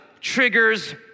triggers